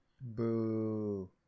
Boo